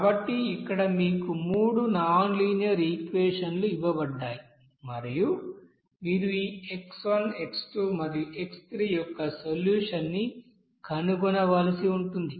కాబట్టి ఇక్కడ మీకు మూడు నాన్ లీనియర్ ఈక్వెషన్లు ఇవ్వబడ్డాయి మరియు మీరు ఈ x1 x2 మరియు x3 యొక్క సొల్యూషన్ ని కనుగొనవలసి ఉంటుంది